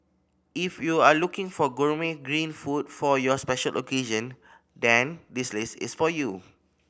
if you are looking for gourmet green food for your special occasion then this list is for you